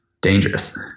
dangerous